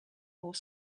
more